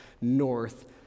North